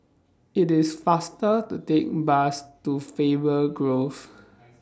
IT IS faster to Take Bus to Faber Grove